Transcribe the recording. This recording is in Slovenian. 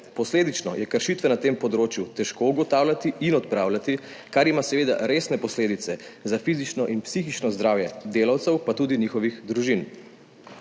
Posledično je kršitve na tem področju težko ugotavljati in odpravljati, kar ima seveda resne posledice za fizično in psihično zdravje delavcev, pa tudi njihovih družin.